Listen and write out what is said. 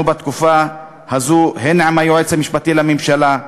בתקופה הזאת הן עם היועץ המשפטי לממשלה,